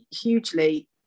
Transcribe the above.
hugely